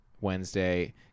Wednesday